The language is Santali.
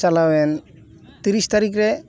ᱪᱟᱞᱟᱣ ᱮᱱ ᱛᱤᱨᱤᱥ ᱛᱟᱹᱨᱤᱠᱷ ᱨᱮ